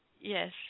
Yes